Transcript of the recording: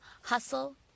hustle